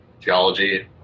geology